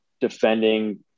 defending